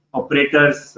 operators